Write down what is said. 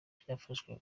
byafashwe